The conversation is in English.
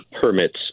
permits